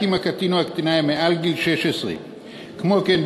רק אם הקטין או הקטינה הם מעל גיל 16. כמו כן,